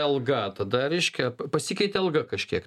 alga tada reiškia p pasikeitė alga kažkiek